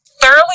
thoroughly